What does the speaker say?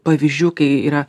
pavyzdžių kai yra